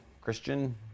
Christian